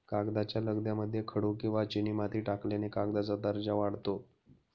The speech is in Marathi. कागदाच्या लगद्यामध्ये खडू किंवा चिनीमाती टाकल्याने कागदाचा दर्जा वाढतो